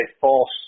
false